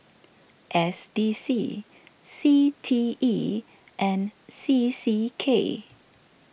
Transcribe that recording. S D C C T E and C C K